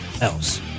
else